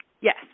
Yes